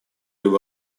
его